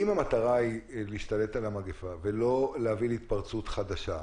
אם המטרה היא להשתלט על המגפה ולא להביא להתפרצות חדשה,